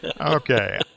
Okay